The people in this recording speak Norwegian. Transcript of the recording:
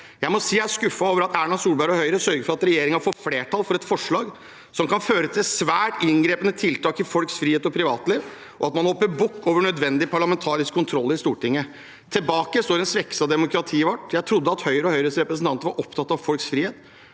Jeg må si jeg er skuffet over at Erna Solberg og Høyre sørger for at regjeringen får flertall for et forslag som kan føre til svært inngripende tiltak i folks frihet og privatliv, og at man hopper bukk over nødvendig parlamentarisk kontroll i Stortinget. Tilbake står en svekkelse av demokratiet vårt. Jeg trodde at Høyre og Høyres representanter var opptatt av folks frihet